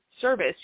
service